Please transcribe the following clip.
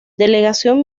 delegación